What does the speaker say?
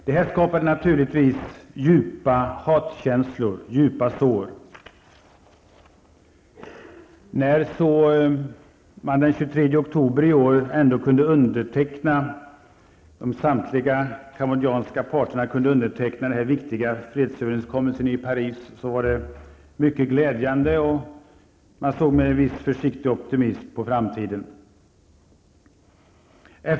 Det skapar naturligtvis djupa sår och starka hatkänslor. oktober i år kunde underteckna den viktiga fredsöverenskommelsen i Paris var det mycket glädjande, och man såg med viss försiktig optimism på framtiden.